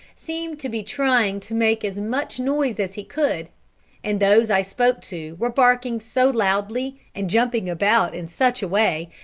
seemed to be trying to make as much noise as he could and those i spoke to were barking so loudly, and jumping about in such a way,